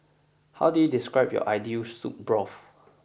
how do you describe your ideal soup broth